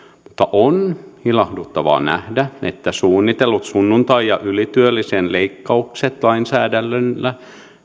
on ilahduttavaa nähdä että suunnitellut sunnuntai ja ylityölisien leikkaukset lainsäädännöllä